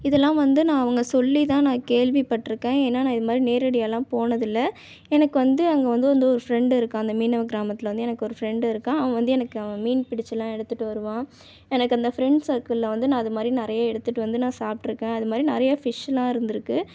இதெல்லாம் வந்து நான் அவங்க சொல்லி தான் நான் கேள்விப்பட்டுருக்கேன் ஏன்னால் நான் இதுமாதிரி நேரடியாலாம் போனதில்லை எனக்கு வந்து அங்கே வந்து வந்து ஒரு ஃபிரெண்டு இருக்கான் அந்த மீனவ கிராமத்தில் வந்து எனக்கு ஒரு ஃபிரெண்டு இருக்கான் அவன் வந்து எனக்கு அவன் மீன் பிடிச்சுலாம் எடுத்துகிட்டு வருவான் எனக்கு அந்த ஃபிரெண்ட்ஸ் சர்க்குள்ள வந்து நான் அதுமாதிரி நிறைய எடுத்துகிட்டு வந்து நான் சாப்பிட்ருக்கேன் அதுமாதிரி நிறையா ஃபிஷ்ஷேலாம் இருந்துருக்குது